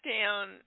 down